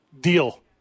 Deal